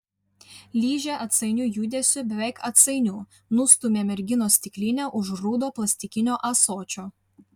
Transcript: ližė atsainiu judesiu beveik atsainiu nustūmė merginos stiklinę už rudo plastikinio ąsočio